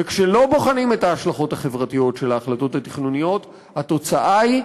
וכשלא בוחנים את ההשלכות החברתיות של ההחלטות התכנוניות התוצאה היא,